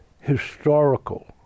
historical